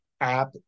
app